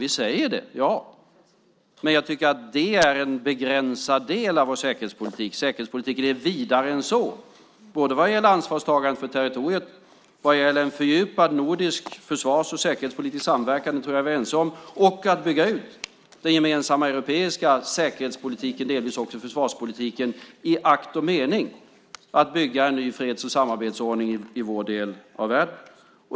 Vi säger det, men jag tycker att det är en begränsad del av vår säkerhetspolitik. Säkerhetspolitiken är vidare än så både vad gäller ansvarstagandet för territoriet, en fördjupad nordisk försvars och säkerhetspolitisk samverkan - det tror jag att vi är ense om - och när det gäller att bygga ut den gemensamma europeiska säkerhetspolitiken, delvis också försvarspolitiken, i akt och mening att bygga en ny freds och samarbetsordning i vår del av världen.